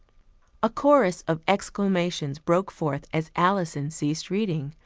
a chorus of exclamations broke forth as alison ceased reading.